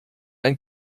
ein